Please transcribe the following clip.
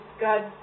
God